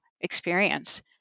experience